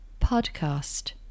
podcast